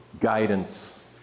guidance